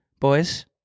boys